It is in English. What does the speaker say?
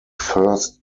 first